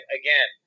again